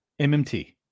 MMT